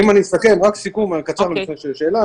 רק סיכום קצר, לפני השאלה.